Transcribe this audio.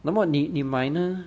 那么你你买呢